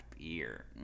beer